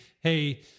hey